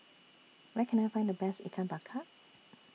Where Can I Find The Best Ikan Bakar